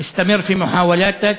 המשך לנסות.